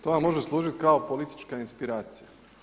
To vam može služiti kao politička inspiracija.